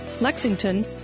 Lexington